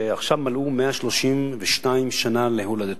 עכשיו מלאו 132 שנה להולדתו.